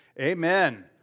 Amen